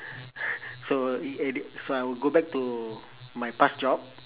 (pbb) so it at it so I will go back to my past job